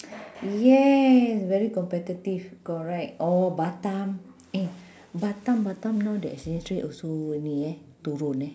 yes very competitive correct oh batam eh batam batam now the exchange rate also ni eh turun eh